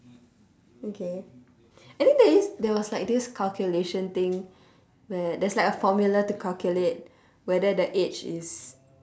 okay and then there is there was like this calculation thing where there's like a formula to calculate whether the age is